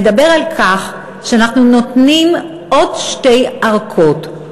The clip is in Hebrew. מדבר על כך שאנחנו נותנים עוד שתי ארכות,